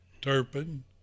Turpin